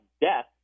death